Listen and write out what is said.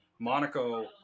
Monaco